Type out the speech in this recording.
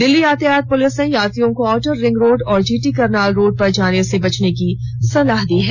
दिल्ली यातायात पुलिस ने यात्रियों को आउटर रिंग रोड और जीटी करनाल रोड पर जाने से बचने की सलाह दी है